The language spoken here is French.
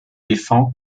défend